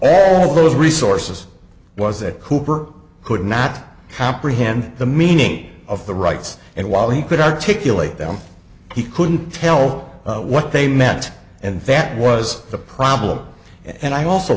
all those resources was at cooper could not comprehend the meaning of the rights and while he could articulate them he couldn't tell what they meant and that was the problem and i also